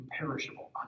imperishable